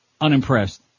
Unimpressed